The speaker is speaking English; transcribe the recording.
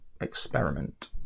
experiment